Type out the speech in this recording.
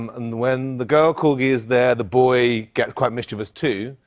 um and when the girl corgi is there, the boy gets quite mischievous, too.